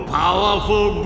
powerful